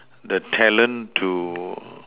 the talent to